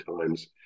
times